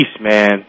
man